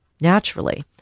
naturally